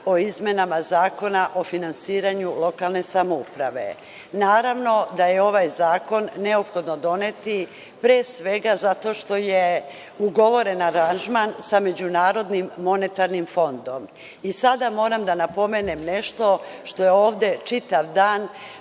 o izmenama Zakona o finansiranju lokalne samouprave. Naravno da je ovaj zakon neophodno doneti pre svega zato što je ugovoren aranžman sa MMF i sada moram da napomenem nešto što je ovde čitav dan